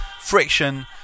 Friction